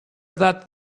that